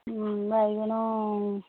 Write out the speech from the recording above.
ହଁ ବାଇଗଣ